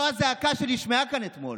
זו הזעקה שנשמעה כאן אתמול.